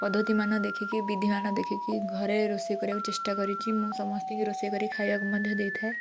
ପଦ୍ଧତିମାନ ଦେଖିକି ବିଧିମାନ ଦେଖିକି ଘରେ ରୋଷେଇ କରିବାକୁ ଚେଷ୍ଟା କରିଛି ମୁଁ ସମସ୍ତଙ୍କୁ ରୋଷେଇ କରି ଖାଇବାକୁ ମଧ୍ୟ ଦେଇଥାଏ